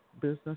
business